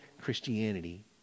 Christianity